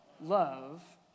love